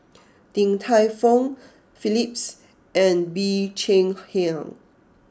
Din Tai Fung Phillips and Bee Cheng Hiang